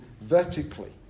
vertically